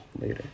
later